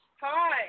Hi